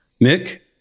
Nick